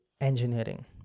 engineering